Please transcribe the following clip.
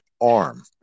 arm